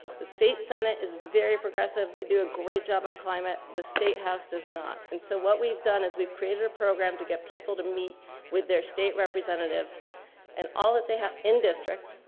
the state senate is very progressive. they do a great job on climate. the state house does not. and so what we've done is we've created a program to get people to meet with their state representatives and all that they have in district.